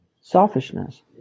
Selfishness